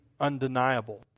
undeniable